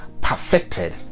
Perfected